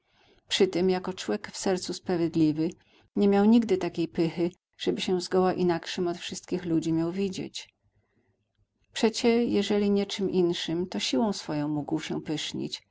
istniał przytem jako człek w sercu sprawiedliwy nie miał nigdy takiej pychy żeby się zgoła inakszym od wszystkich ludzi miał widzieć przecie jeżeli nie czym inszem to siłą swoją mógł się pysznić